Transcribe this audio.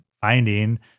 finding